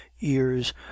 ears